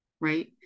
right